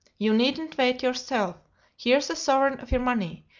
you needn't wait yourself here's a sovereign of your money,